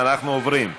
אדוני היושב-ראש,